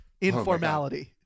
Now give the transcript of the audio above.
informality